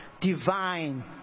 divine